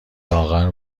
لاغر